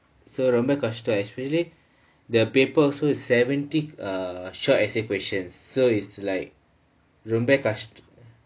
so ரொம்ப கஷ்டம்:romba kashtam especially the paper also seventy err short essay question so is like ரொம்ப கஷ்டம்:romba kashtam